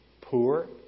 poor